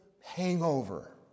hangover